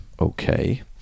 okay